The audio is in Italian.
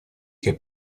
che